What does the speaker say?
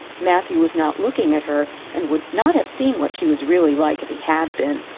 matthew was not looking at her and would not have seen what she was really like if he had been,